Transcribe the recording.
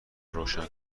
روشن